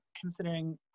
considering